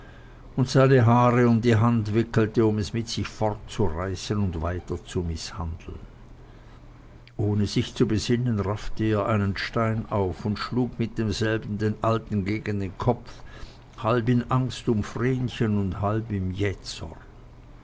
und seine haare um die hand wickelte um es mit sich fortzureißen und weiter zu mißhandeln ohne sich zu besinnen raffte er einen stein auf und schlug mit demselben den alten gegen den kopf halb in angst um vrenchen und halb im